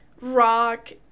rock